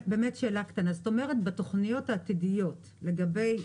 שאלה קטנה: זאת אומרת שבתוכניות עתידיות לגבי